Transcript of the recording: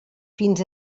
fins